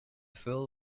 fool